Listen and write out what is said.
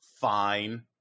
fine